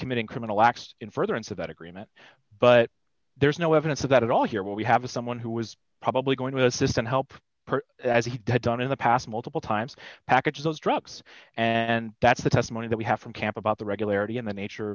committing criminal acts in furtherance of that agreement but there's no evidence of that at all here we have a someone who was probably going to assist and help as he had done in the past multiple times packages those drugs and that's the testimony that we have from camp about the regularity and the nature